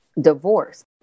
Divorce